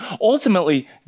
Ultimately